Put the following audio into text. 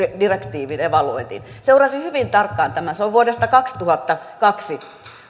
direktiivin evaluointiin seurasin hyvin tarkkaan tätä se on vuodesta kaksituhattakaksi